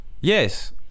Yes